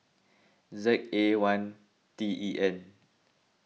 Z A one T E N